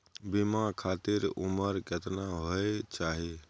बीमा खातिर उमर केतना होय चाही?